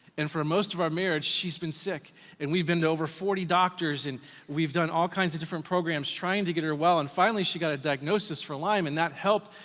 and for most of our marriage, she's been sick and we've been to over forty doctors and we've done all kinds of different programs trying to get her well, and finally she got a diagnosis for lyme and that helped,